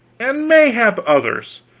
and mayhap others,